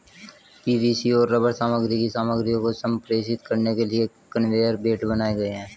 PVC और rubber सामग्री की सामग्रियों को संप्रेषित करने के लिए कन्वेयर बेल्ट बनाए गए हैं